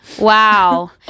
Wow